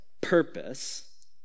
purpose